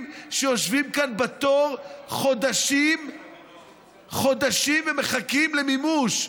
שיושבים כאן בתור חודשים ומחכים למימוש,